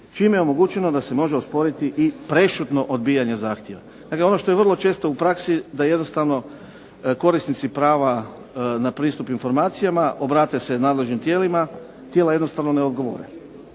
čime je omogućeno da se može osporiti i prešutno odbijanje zahtjeva. Dakle, ono što je vrlo često u praksi da jednostavno korisnici prava na pristup informacijama obrate se nadležnim tijelima, tijela jednostavno ne odgovore.